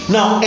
Now